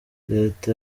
leta